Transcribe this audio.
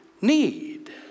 need